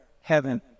Heaven